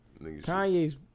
Kanye's